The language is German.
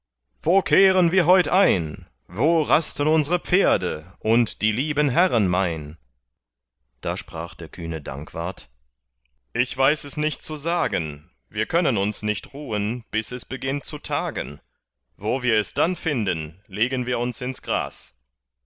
wo kehren wir heut ein wo rasten unsre pferde und die lieben herren mein da sprach der kühne dankwart ich weiß es nicht zu sagen wir können uns nicht ruhen bis es beginnt zu tagen wo wir es dann finden legen wir uns ins gras